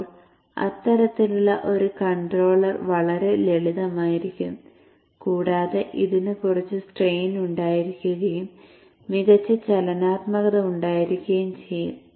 അപ്പോൾ അത്തരത്തിലുള്ള ഒരു കൺട്രോളർ വളരെ ലളിതമായിരിക്കും കൂടാതെ ഇതിന് കുറച്ച് സ്ട്രെയിൻ ഉണ്ടായിരിക്കുകയും മികച്ച ചലനാത്മകത ഉണ്ടായിരിക്കുകയും ചെയ്യും